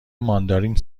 ماندارین